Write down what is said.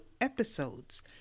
episodes